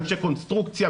אנשי קונסטרוקציה,